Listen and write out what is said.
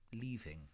leaving